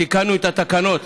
תיקנו את התקנות